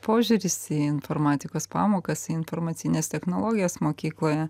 požiūris į informatikos pamokas informacines technologijas mokykloje